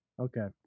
Okay